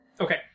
Okay